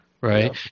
Right